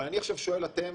אתם